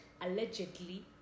Allegedly